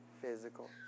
physical